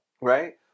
right